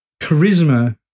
charisma